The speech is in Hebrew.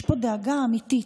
יש פה דאגה אמיתית.